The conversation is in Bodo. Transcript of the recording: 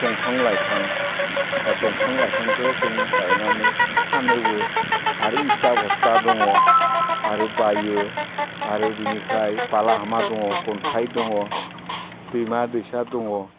दंफां लाइफां आरो दंफां लाइफांखो जों गायनानै फानोबो आरो इटा भट्टा दङ आरो बायो आरो बिनिफ्राय बालाहामा दङ अन्थाइ दङ दैमा दैसा दङ